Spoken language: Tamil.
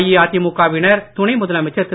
அஇஅதிமுக வினர் துணை முதலமைச்சர் திரு